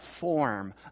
form